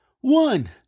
one